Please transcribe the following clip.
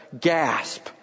gasp